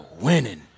winning